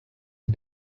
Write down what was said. the